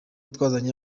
twazanye